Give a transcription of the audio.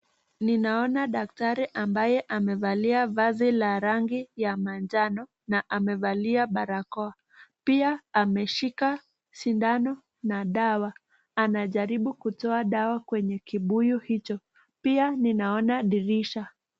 Ninaona daktari ambaye amevalia vazi la rangi ya manjano na amevalia barakoa. Pia ameshika sindano na dawa, anajaribu kutoa dawa kwenye kibuyu hicho. Pia ninaona dirisha.